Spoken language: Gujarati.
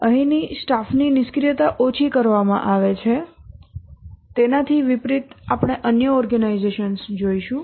અહીંની સ્ટાફની નિષ્ક્રિયતા ઓછી કરવામાં આવે છે તેનાથી વિપરિત આપણે અન્ય ઓર્ગેનાઇઝેશન્સ જોશું